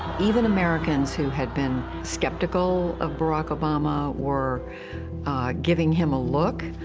even americans who had been skeptical of barack obama were giving him a look,